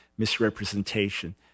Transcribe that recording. misrepresentation